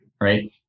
Right